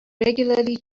regularly